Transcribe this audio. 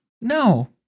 No